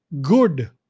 good